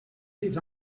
des